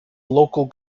local